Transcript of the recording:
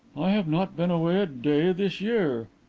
i have not been away a day this year.